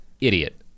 idiot